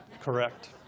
Correct